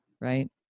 right